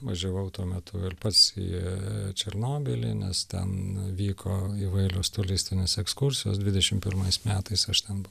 važiavau tuo metu ir pats į ee černobylį nes ten vyko įvairios turistinės ekskursijos dvidešim pirmais metais aš ten